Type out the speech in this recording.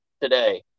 today